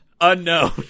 unknown